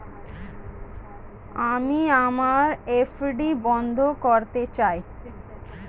আমি আমার এফ.ডি বন্ধ করতে চাই